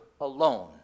alone